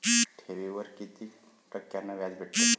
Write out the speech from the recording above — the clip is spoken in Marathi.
ठेवीवर कितीक टक्क्यान व्याज भेटते?